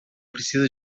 precisa